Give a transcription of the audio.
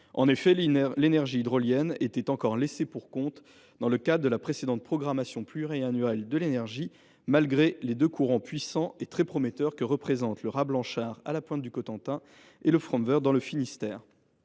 En effet, l’énergie hydrolienne était encore laissée pour compte dans le cadre de la précédente programmation pluriannuelle de l’énergie malgré les deux courants puissants et très prometteurs que l’on rencontre au raz Blanchard, à la pointe du Cotentin, et dans le passage du Fromveur, dans le Finistère.